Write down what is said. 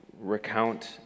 recount